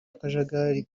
akajagari